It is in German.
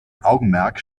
augenmerk